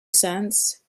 cents